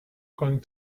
going